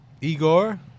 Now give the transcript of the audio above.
Igor